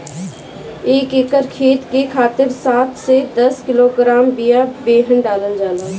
एक एकर खेत के खातिर सात से दस किलोग्राम बिया बेहन डालल जाला?